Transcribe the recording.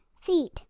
feet